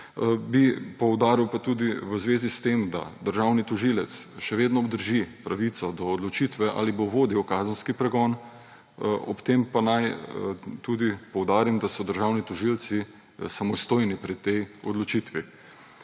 bi poudaril, da državni tožilec še vedno obdrži pravico do odločitve, ali bo vodil kazenski pregon, ob tem pa naj tudi poudarim, da so državni tožilci samostojni pri tej odločitvi.